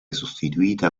sostituita